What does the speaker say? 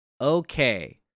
okay